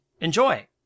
enjoy